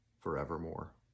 forevermore